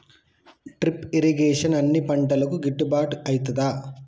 Drip irrigation అన్ని పంటలకు గిట్టుబాటు ఐతదా?